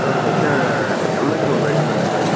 ஆ sir MS mobiles தானே sir